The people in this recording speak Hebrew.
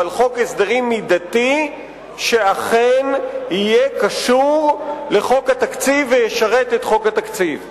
אבל חוק הסדרים מידתי שאכן יהיה קשור לחוק התקציב וישרת את חוק התקציב.